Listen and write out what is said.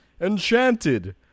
enchanted